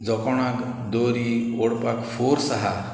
जो कोणाक दोरी ओडपाक फोर्स आहा